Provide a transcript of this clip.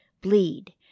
bleed